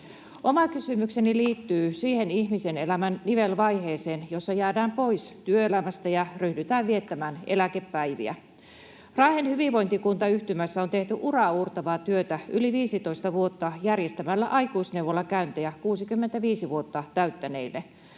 Oma kysymykseni liittyy siihen ihmisen elämän nivelvaiheeseen, jossa jäädään pois työelämästä ja ryhdytään viettämään eläkepäiviä. Raahen hyvinvointikuntayhtymässä on tehty uraauurtavaa työtä yli 15 vuotta järjestämällä aikuisneuvolakäyntejä 65 vuotta täyttäneille.